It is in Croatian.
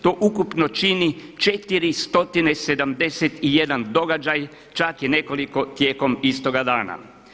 To ukupno čini 471 događaj, čak je nekoliko tijekom istoga dana.